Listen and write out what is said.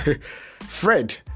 Fred